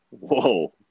Whoa